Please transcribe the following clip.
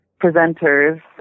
presenters